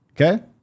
Okay